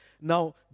Now